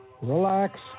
relax